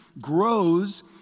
grows